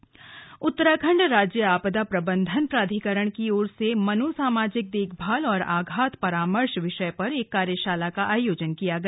आपदा कार्यशाला उत्तराखण्ड राज्य आपदा प्रबंधन प्राधिकरण की ओर से मनोसामाजिक देखभाल और आघात परामर्श विषय पर एक कार्यशाला का आयोजन किया गया